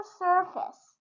surface